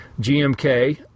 GMK